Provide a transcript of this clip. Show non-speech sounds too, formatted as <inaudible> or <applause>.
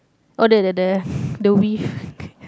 oh that the the <breath> the width <breath>